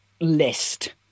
List